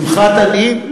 שמחת עניים?